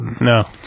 No